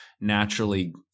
naturally